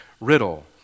riddle